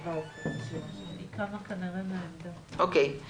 ומספר מונחים תוקנו כדי לשקף באופן יותר ראוי את רוח